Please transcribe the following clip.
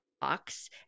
box